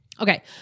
Okay